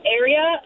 area